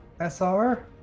SR